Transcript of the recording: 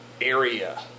area